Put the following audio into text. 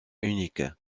unique